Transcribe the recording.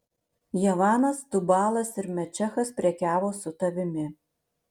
javanas tubalas ir mešechas prekiavo su tavimi